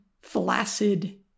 flaccid